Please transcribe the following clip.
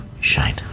shine